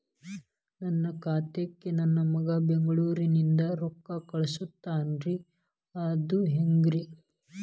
ನನ್ನ ಖಾತಾಕ್ಕ ನನ್ನ ಮಗಾ ಬೆಂಗಳೂರನಿಂದ ರೊಕ್ಕ ಕಳಸ್ತಾನ್ರಿ ಅದ ಹೆಂಗ್ರಿ?